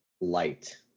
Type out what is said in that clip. light